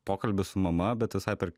pokalbis su mama bet visai per